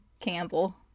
Campbell